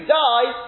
die